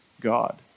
God